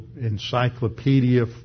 encyclopedia